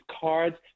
cards